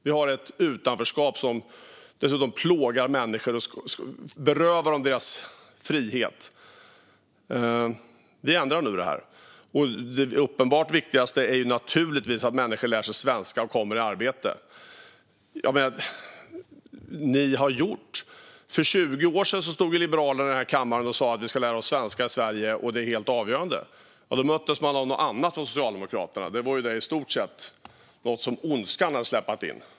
Vi har ett utanförskap som plågar människor och berövar dem deras frihet. Vi ändrar nu det här, och det viktigaste är naturligtvis att människor lär sig svenska och kommer i arbete. För 20 år sedan stod Liberalerna i den här kammaren och sa att vi ska lära oss svenska i Sverige och att det är helt avgörande. Då möttes man av något annat från Socialdemokraterna. Det var i stort sett något som ondskan släpat in.